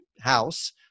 house